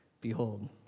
behold